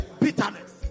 Bitterness